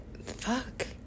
Fuck